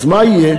אז מה יהיה?